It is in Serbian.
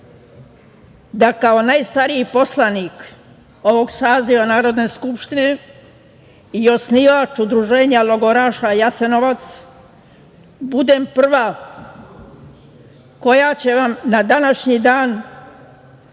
da kao najstariji poslanik ovog saziva Narodne skupštine i osnivač Udruženja logoraša „Jasenovac“ budem prva koja će vam na današnji dan,